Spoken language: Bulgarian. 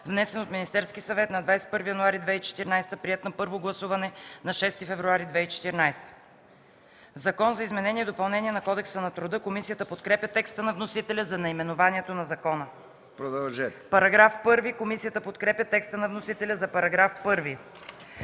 внесен от Министерския съвет на 21 януари 2014 г., приет на първо гласуване на 6 февруари 2014 г.: „Закон за изменение и допълнение на Кодекса на труда”. Комисията подкрепя текста на вносителя за наименованието на закона. Комисията подкрепя текста на вносителя за § 1.